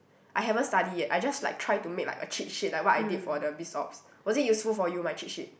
I haven't study yet I just like try to make like a cheat sheet like what I did for the biz ops was it useful for you my cheat sheet